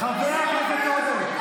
חבר הכנסת עודה,